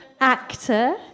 actor